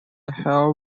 have